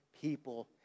people